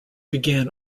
began